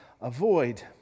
avoid